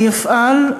אני אפעל,